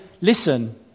listen